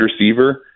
receiver